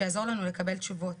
שיעזור לנו לקבל תשובות.